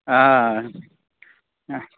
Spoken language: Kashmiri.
آ آ اَچھا